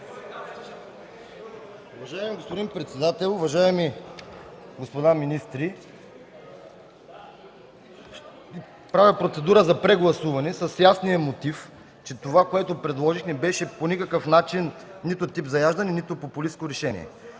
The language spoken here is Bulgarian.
Уважаеми господин председател, уважаеми господа министри! Правя процедура за прегласуване с ясния мотив, че това, което предложих, не беше по никакъв начин нито тип заяждане, нито популистко решение.